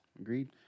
Agreed